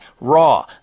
raw